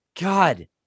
God